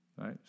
right